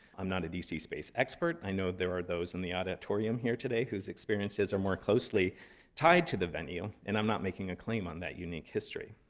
i'm not a d c. space expert. i know there are those in the auditorium here today whose experiences are more closely tied to the venue. and i'm not making a claim on that unique history.